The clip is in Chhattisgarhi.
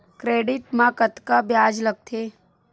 क्रेडिट मा कतका ब्याज लगथे?